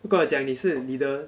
如果我讲你是 leader